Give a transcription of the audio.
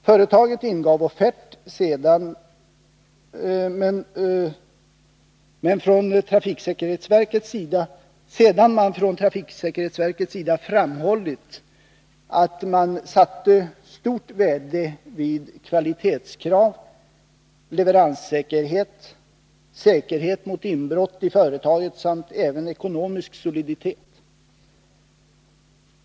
Företaget ingav offert sedan man från trafiksäkerhetsverkets sida framhållit att man fäste stort värde avseende kvalitet, leveranssäkerhet, säkerhet mot inbrott i företaget samt även ekonomisk soliditet.